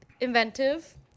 inventive